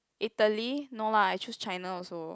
Italy no lah I choose China also